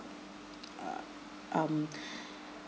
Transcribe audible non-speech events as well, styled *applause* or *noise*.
uh um *breath*